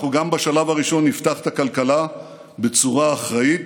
גם בשלב הראשון אנחנו נפתח את הכלכלה בצורה אחראית,